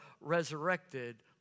resurrected